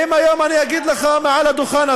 לקרוא למחבל שהיד